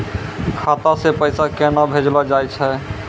खाता से पैसा केना भेजलो जाय छै?